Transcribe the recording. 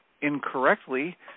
incorrectly